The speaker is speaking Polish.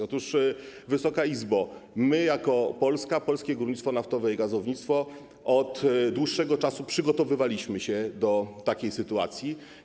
Otóż, Wysoka Izbo, my, jako Polska, jako Polskie Górnictwo Naftowe i Gazownictwo, od dłuższego czasu przygotowywaliśmy się do takiej sytuacji.